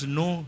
no